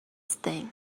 thing